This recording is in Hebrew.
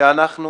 שאנחנו